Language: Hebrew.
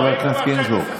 חבר הכנסת גינזבורג.